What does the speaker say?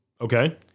Okay